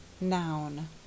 Noun